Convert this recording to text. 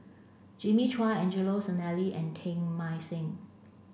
Jimmy Chua Angelo Sanelli and Teng Mah Seng